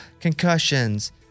concussions